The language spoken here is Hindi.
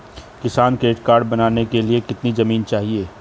किसान क्रेडिट कार्ड बनाने के लिए कितनी जमीन चाहिए?